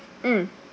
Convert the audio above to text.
mm